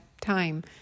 time